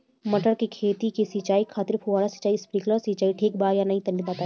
मटर के खेती के सिचाई खातिर फुहारा सिंचाई या स्प्रिंकलर सिंचाई ठीक बा या ना तनि बताई?